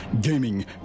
gaming